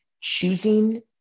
choosing